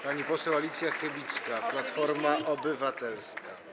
Pani poseł Alicja Chybicka, Platforma Obywatelska.